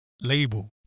label